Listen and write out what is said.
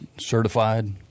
certified